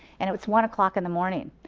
and it's one o'clock in the morning.